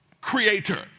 Creator